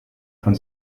von